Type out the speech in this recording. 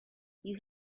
you